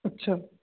ਅੱਛਾ